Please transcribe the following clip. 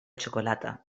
xocolata